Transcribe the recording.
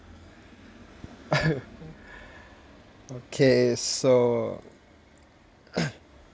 okay so